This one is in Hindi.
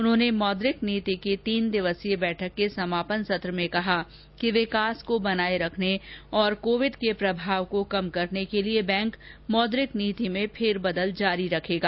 उन्होंने मौद्रिक समिति की तीन दिवसीय बैठक के समापन सत्र को में कहा कि विकास को बनाए रखने और कोविड के प्रभाव को कम करने के लिए बैंक मौद्रिक नीति में फेर बदल जारी रखेगा